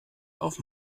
auf